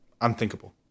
unthinkable